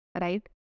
right